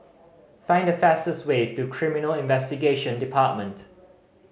find the fastest way to Criminal Investigation Department